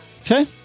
Okay